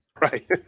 Right